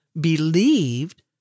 believed